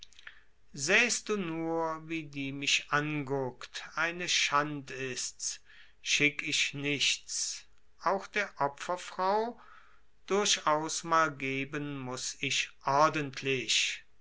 saehst du nur wie die mich anguckt eine schand ist's schick ich nichts auch der opferfrau durchaus mal geben muss ich ordentlich